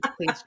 please